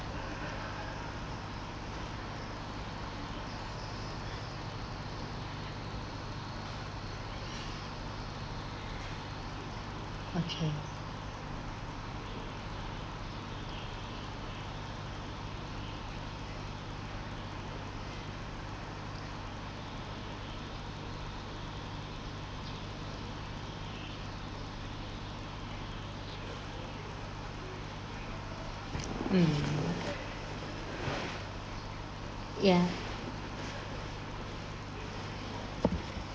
okay mm ya